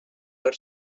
per